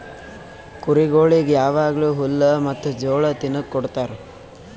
ಕುರಿಗೊಳಿಗ್ ಯಾವಾಗ್ಲೂ ಹುಲ್ಲ ಮತ್ತ್ ಜೋಳ ತಿನುಕ್ ಕೊಡ್ತಾರ